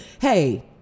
hey